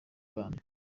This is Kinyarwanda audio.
band